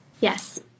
Yes